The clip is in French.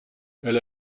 elle